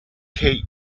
cake